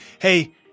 Hey